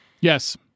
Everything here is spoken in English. Yes